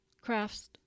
crafts